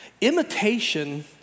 Imitation